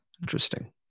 Interesting